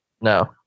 No